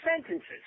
sentences